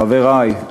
חברי,